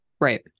Right